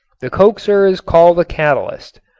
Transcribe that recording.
the coaxer is called a catalyst.